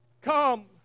come